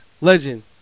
Legend